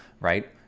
right